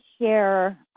share